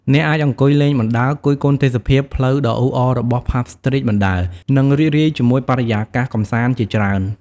អ្នកអាចអង្គុយលេងបណ្ដើរ គយគន់ទេសភាពផ្លូវដ៏អ៊ូអររបស់ ផាប់ ស្ទ្រីត បណ្ដើរ និងរីករាយជាមួយបរិយាកាសកម្សាន្តជាច្រើន។